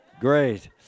great